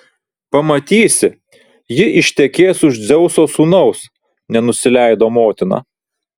pamatysi ji ištekės už dzeuso sūnaus nenusileido motina